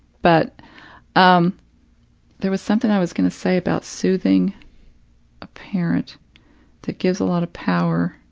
but um there was something i was going to say about soothing a parent that gives a lot of power